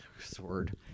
sword